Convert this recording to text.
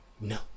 No